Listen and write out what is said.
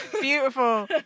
Beautiful